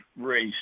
race